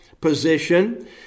position